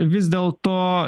vis dėl to